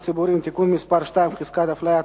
ציבוריים (תיקון מס' 2) (חזקת הפליה),